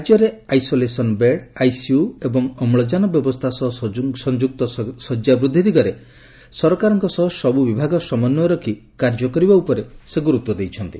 ରାଜ୍ୟରେ isolation bed ICU ଏବଂ ଅମୁଜାନ ବ୍ୟବସ୍କା ସହ ସଂଯୁକ୍ତ ଶଯ୍ୟା ବୃଦ୍ଧି ଦିଗରେ ସରକାରଙ୍କ ସହ ସବୁ ବିଭାଗ ସମନ୍ତୟ ରଖି କାର୍ଯ୍ୟ କରିବା ଉପରେ ସେ ଗୁରୁତ୍ୱ ଦେଇଛନ୍ତି